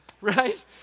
right